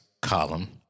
column